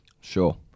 Sure